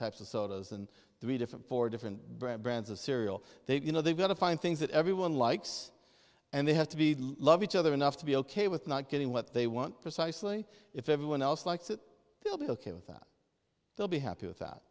types of sodas and three different for different brands of cereal they you know they've got to find things that everyone likes and they have to be love each other enough to be ok with not getting what they want precisely if everyone else likes it they'll be ok with that they'll be happy with that